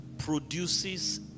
Produces